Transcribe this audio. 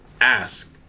ask